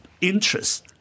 interests